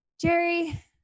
Jerry